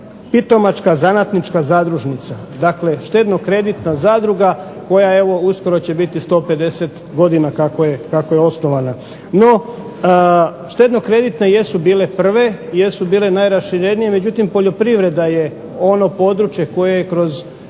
Pitomačka zanatnička zadružnica dakle štedno-kreditna zadruga koja evo uskoro će biti 150 godina kako je osnovana. No štedno-kreditne jesu bile prve, jesu bile najraširenije, međutim poljoprivreda je ono područje koje je kroz